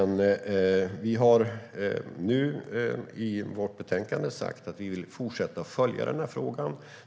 Nu har vi sagt i betänkandet att vi vill fortsätta att följa frågan.